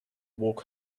walk